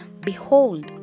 behold